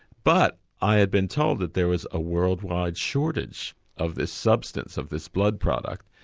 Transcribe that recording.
but i had been told that there was a worldwide shortage of this substance, of this blood product.